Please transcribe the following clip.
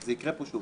זה יקרה פה שוב,